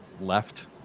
left